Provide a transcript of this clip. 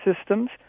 systems